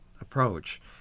approach